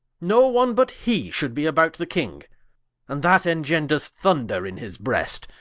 no one, but hee, should be about the king and that engenders thunder in his breast,